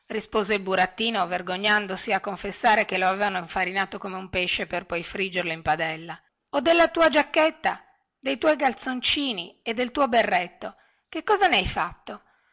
rispose il burattino vergognandosi a confessare che lo avevano infarinato come un pesce per poi friggerlo in padella o della tua giacchetta de tuoi calzoncini e del tuo berretto che cosa ne hai fatto